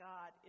God